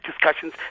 discussions